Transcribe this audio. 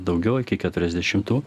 daugiau iki keturiasdešimtų